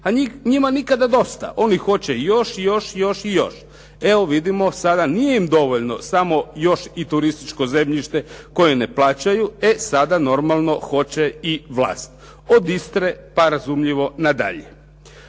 a njima nikada dosta, oni hoće još, još, još i još. Evo, vidimo sada nije im dovoljno samo još i turističko zemljište koje ne plaćaju e sada normalno hoće i vlast, od Istre pa razumljivo na dalje.